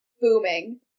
booming